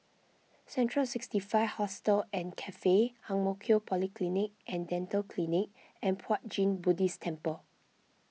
Central sixty five Hostel and Cafe Ang Mo Kio Polyclinic and Dental Clinic and Puat Jit Buddhist Temple